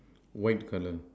white colour